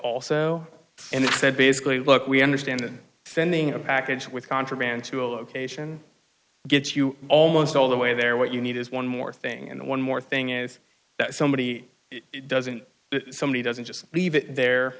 also and said basically look we understand sending a package with contraband to a location gets you almost all the way there what you need is one more thing and one more thing is that somebody doesn't somebody doesn't just leave it there